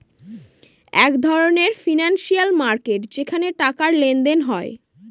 এক ধরনের financial market যেখানে টাকার লেনদেন হয়